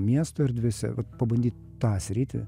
miesto erdvėse vat pabandyt tą sritį